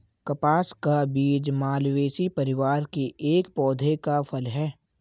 कपास का बीज मालवेसी परिवार के एक पौधे का फल है